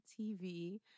TV